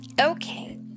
Okay